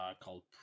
called